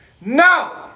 No